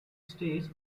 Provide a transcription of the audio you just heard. stage